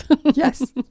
Yes